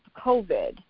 COVID